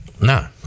No